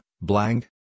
blank